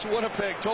Winnipeg